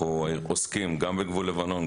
אנחנו עוסקים בגבול לבנון,